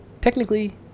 Technically